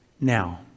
Now